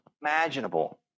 imaginable